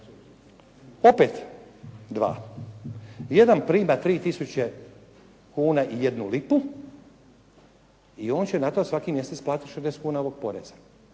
opet dva. Jedan prima 3000 kuna i 1 lipu i on će na to svaki mjesec platit 60 kuna ovog poreza.